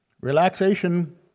Relaxation